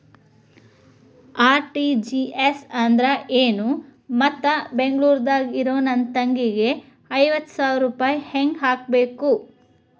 RTGS ಅಂದ್ರ ಏನು ಮತ್ತ ಬೆಂಗಳೂರದಾಗ್ ಇರೋ ನನ್ನ ತಂಗಿಗೆ ಐವತ್ತು ಸಾವಿರ ರೂಪಾಯಿ ಹೆಂಗ್ ಹಾಕಬೇಕು?